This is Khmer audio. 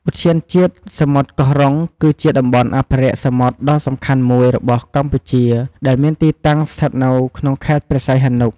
ឧទ្យានជាតិសមុទ្រកោះរុង គឺជាតំបន់អភិរក្សសមុទ្រដ៏សំខាន់មួយរបស់កម្ពុជាដែលមានទីតាំងស្ថិតនៅក្នុងខេត្តព្រះសីហនុ។